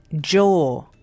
jaw